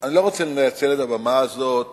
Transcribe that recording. אני לא רוצה לנצל את הבמה הזאת